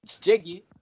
Jiggy